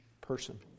person